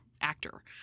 actor